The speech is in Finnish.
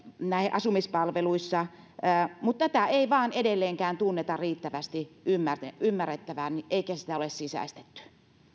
asumispalveluissa mutta tätä ei vain edelleenkään tunnuta riittävästi ymmärrettävän eikä sitä ole sisäistetty